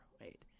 Wait